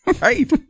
Right